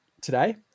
today